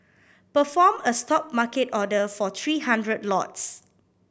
perform a Stop market order for three hundred lots